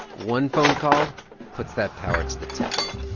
one phone call puts that power to the test